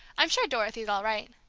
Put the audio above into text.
i'm sure dorothy's all right.